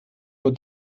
nur